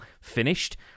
finished